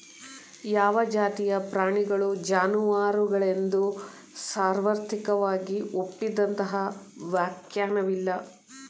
ಯಾವ ಜಾತಿಯ ಪ್ರಾಣಿಗಳು ಜಾನುವಾರುಗಳೆಂದು ಸಾರ್ವತ್ರಿಕವಾಗಿ ಒಪ್ಪಿದಂತಹ ವ್ಯಾಖ್ಯಾನವಿಲ್ಲ